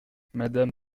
madame